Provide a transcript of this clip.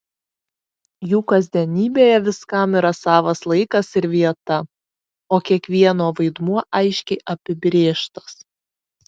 jų kasdienybėje viskam yra savas laikas ir vieta o kiekvieno vaidmuo aiškiai apibrėžtas